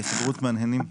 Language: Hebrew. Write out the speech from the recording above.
ההסתדרות מהנהנת בחיוב.